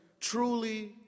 truly